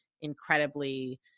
incredibly